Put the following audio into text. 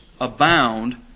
abound